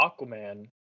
Aquaman